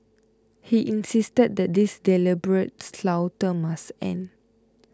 he insisted that this deliberate slaughter must end